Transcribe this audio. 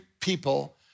people